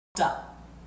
up